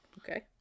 Okay